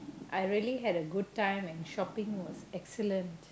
I really had a good time and shopping was excellent